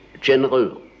general